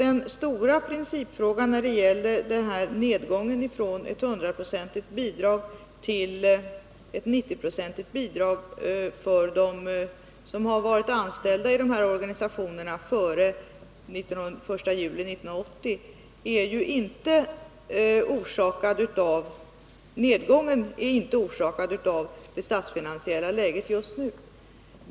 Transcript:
Emellertid är nedgången från 100-procentigt bidrag till 90-procentigt för dem som varit anställda i dessa organisationer före den 1 juli 1980 inte orsakad av det statsfinansiella läget just nu.